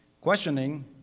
questioning